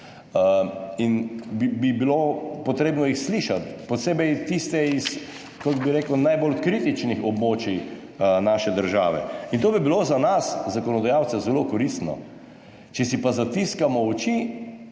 In bi jih bilo treba slišati, posebej tiste iz, kako bi rekel, najbolj kritičnih območij naše države. In to bi bilo za nas zakonodajalce zelo koristno. Če si pa zatiskamo oči,